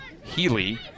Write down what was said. Healy